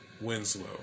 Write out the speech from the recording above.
Winslow